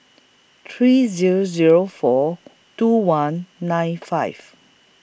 three Zero Zero four two one nine five